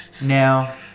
Now